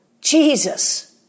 Jesus